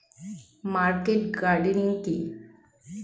Market gardening কি?